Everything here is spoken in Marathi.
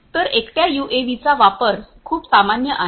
तरएकट्या यूएव्हीचा वापर खूप सामान्य आहे